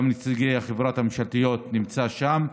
גם נציגי רשות החברות הממשלתיות נמצאים שם.